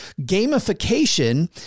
gamification